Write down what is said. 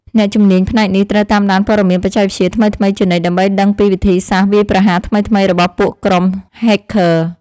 អ្នកជំនាញផ្នែកនេះត្រូវតាមដានព័ត៌មានបច្ចេកវិទ្យាថ្មីៗជានិច្ច ដើម្បីដឹងពីវិធីសាស្ត្រវាយប្រហារថ្មីៗរបស់ពួកក្រុមហែកឃ័រ។